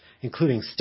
including